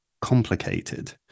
complicated